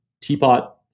Teapot